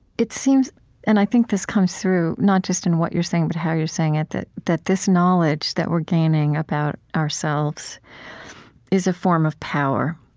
it seems and i think this comes through not just in what you're saying, but how you're saying it, that that this knowledge that we're gaining about ourselves is a form of power,